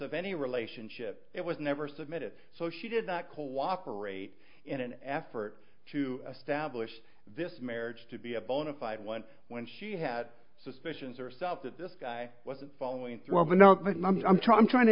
of any relationship it was never submitted so she did not cooperate in an effort to establish this marriage to be a bona fide one when she had suspicions or stuff that this guy wasn't following well but now i'm trying trying to